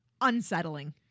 unsettling